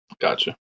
Gotcha